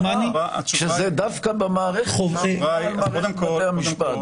איך זה נראה כשזה דווקא במערכת בתי המשפט?